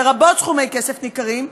לרבות סכומי כסף ניכרים,